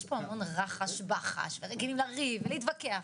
יש פה המון רחש בחש ורגילים לריב ולהתווכח,